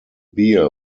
bear